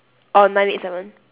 on nine eight seven